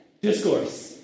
discourse